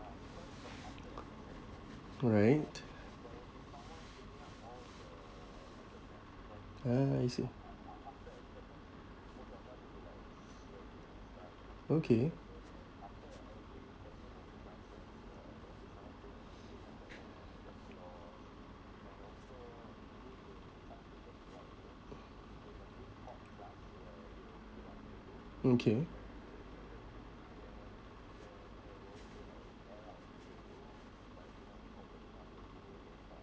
alright ah I see okay okay